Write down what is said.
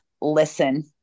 listen